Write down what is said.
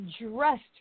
dressed